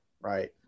right